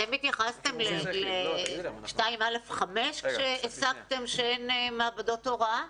אתם התייחסת ל, 2(א)5 כשהסקתם שאין מעבדות הוראה?